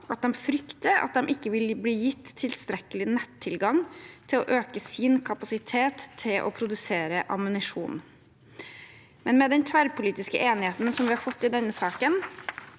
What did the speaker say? at de fryktet de ikke ville bli gitt tilstrekkelig nettilgang til å øke sin kapasitet til å produsere ammunisjon. Men den tverrpolitiske enigheten vi har fått i denne saken,